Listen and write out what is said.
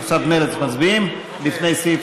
ציפי לבני,